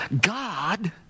God